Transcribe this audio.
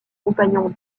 compagnons